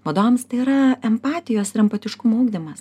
vadovams tai yra empatijos ir empatiškumo ugdymas